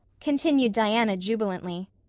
continued diana jubilantly.